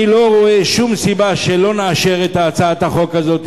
אני לא רואה שום סיבה שלא נאשר את הצעת החוק הזאת.